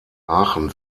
aachen